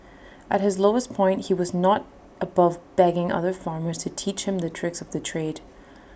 at his lowest point he was not above begging other farmers to teach him the tricks of the trade